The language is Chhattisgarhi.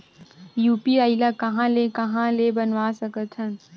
यू.पी.आई ल कहां ले कहां ले बनवा सकत हन?